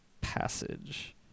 passage